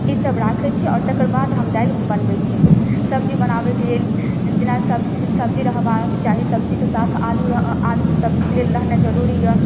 ईसब राखै छी आओर तकर बाद हम दालि बनबै छी सब्जी बनाबैके लेल जेना सब्जी सब्जी रहबाके चाही सब्जीके साथ आलू रहै आलू सब्जीके लेल रहनाइ जरूरी अइ